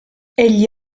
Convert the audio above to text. egli